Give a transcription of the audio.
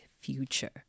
future